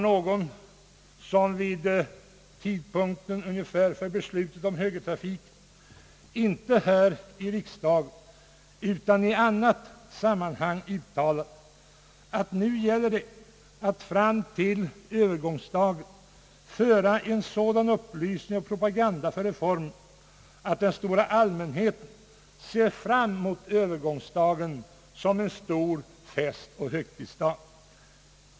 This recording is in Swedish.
Någon uttalade vid tidpunkten för beslutet om övergång till högertrafik — inte här i riksdagen utan i annat sammanhang — att nu gällde det att fram till övergångsdagen föra en sådan upplysning och propaganda för reformen, att den stora allmänheten ser fram emot övergångsdagen som en stor fest och högtidsdag.